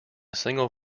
single